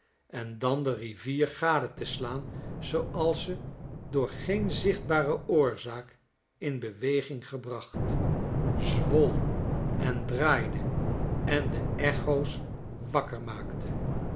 en dan de rivier gade te slaan zooals ze door geen zichtbare oorzaak in beweging gebracht zwol en draaide en de echo's wakker maakte